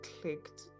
clicked